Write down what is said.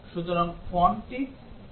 সুতরাং fontটি অন্যরকম দেখাবে